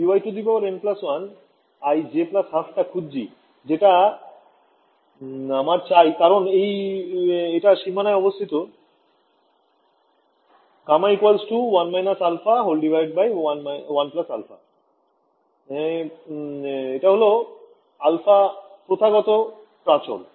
ছাত্র ছাত্রী ঃ আমরা মনে করে নেব আমি Ey n1i j 12 টা খুজছি যেটা আমার চাই কারণ এটা সীমানায় অবস্থিত γ 1 − α1 α হল α প্রথাগত প্রাচল